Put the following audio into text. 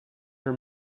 her